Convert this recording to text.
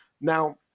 now